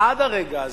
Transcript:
עד הרגע הזה,